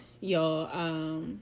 y'all